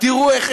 תראו איך,